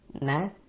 No